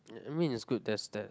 I mean is good there's that